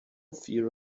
fear